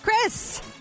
Chris